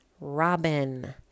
Robin